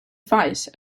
vice